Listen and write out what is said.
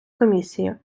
комісії